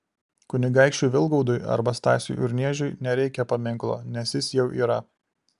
kunigaikščiui vilgaudui arba stasiui urniežiui nereikia paminklo nes jis jau yra